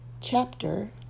Chapter